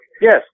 Yes